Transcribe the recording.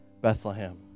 Bethlehem